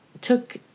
took